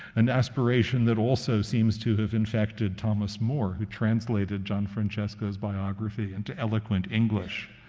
an aspiration that also seems to have infected thomas more, who translated gianfrancesco's biography into eloquent english.